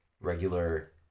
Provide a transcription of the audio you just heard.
regular